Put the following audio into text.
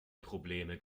probleme